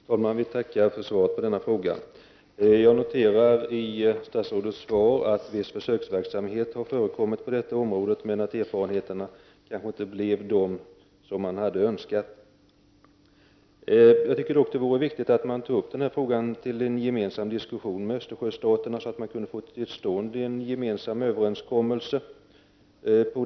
Fru talman! Jag vill tacka för svaret på denna fråga. Jag noterar i statsrådets svar att viss försöksverksamhet har förekommit på detta område men att erfarenheterna inte blev de som man hade önskat. Jag tycker dock att det är viktigt att frågan tas upp till diskussion med Östersjöstaterna för att få till stånd en gemensam överenskommelse.